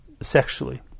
sexually